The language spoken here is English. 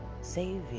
savior